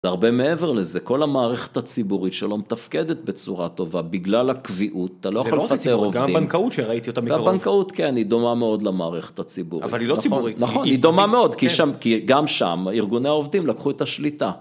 זה הרבה מעבר לזה, כל המערכת הציבורית שלא מתפקדת בצורה טובה בגלל הקביעות, אתה לא יכול לפטר עובדים. זה לא רק הציבורית, גם בנקאות שראיתי אותה מקרוב. בנקאות כן, היא דומה מאוד למערכת הציבורית. אבל היא לא ציבורית. נכון, היא דומה מאוד, כי גם שם ארגוני העובדים לקחו את השליטה.